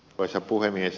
arvoisa puhemies